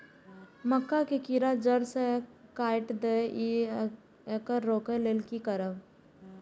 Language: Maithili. मक्का के कीरा जड़ से काट देय ईय येकर रोके लेल की करब?